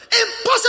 Impossible